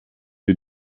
wir